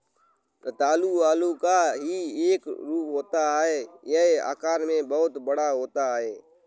रतालू आलू का ही एक रूप होता है यह आकार में बहुत बड़ा होता है